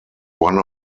one